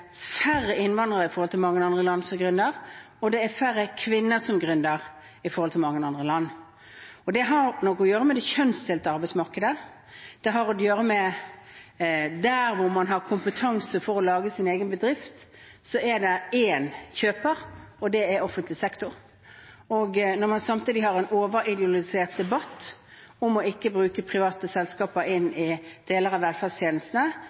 færre innvandrere i forhold til i mange andre land som gründer, og det er færre kvinner som gründer i forhold til i mange andre land. Det har nok å gjøre med det kjønnsdelte arbeidsmarkedet, det har å gjøre med at der hvor man har kompetanse til å starte sin egen bedrift, er det én kjøper, og det er offentlig sektor. Når man samtidig har en overideologisert debatt om ikke å bruke private selskaper inn i deler av velferdstjenestene,